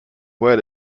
word